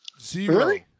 Zero